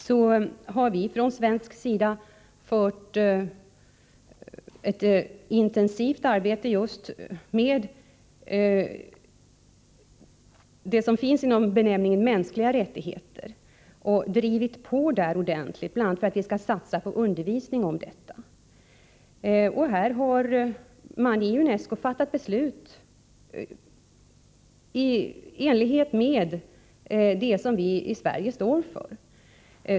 Vi har från svensk sida nedlagt ett intensivt arbete på det som ryms inom benämningen mänskliga rättigheter och drivit på ordentligt, bl.a. för att vi skall satsa på undervisning i fråga om detta. UNESCO har fattat beslut i enlighet med det som vi i Sverige står för.